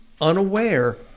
unaware